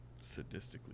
sadistically